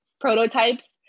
prototypes